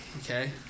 Okay